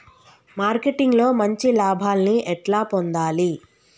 Marketing లో మంచి లాభాల్ని ఎట్లా పొందాలి?